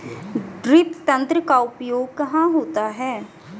Drip तंत्र का उपयोग कहाँ होता है?